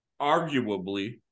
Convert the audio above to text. arguably